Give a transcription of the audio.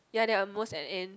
ya they are most at in